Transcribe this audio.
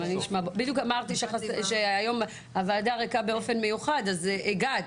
בדיוק אמרתי שהוועדה ריקה באופן מיוחד אז הגעת.